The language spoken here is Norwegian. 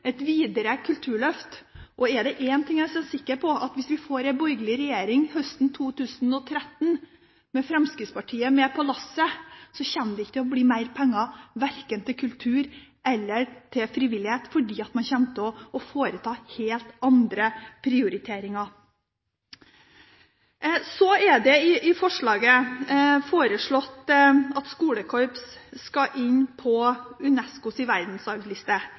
et videre kulturløft. Er det én ting jeg er sikker på, er det at hvis vi får en borgerlig regjering høsten 2013, med Fremskrittspartiet med på lasset, kommer det ikke til å bli mer penger verken til kultur eller til frivillighet, fordi man kommer til å foreta helt andre prioriteringer. Så er det i forslaget foreslått at skolekorps skal inn på UNESCOs verdensarvliste. Det er ikke vi rød-grønne i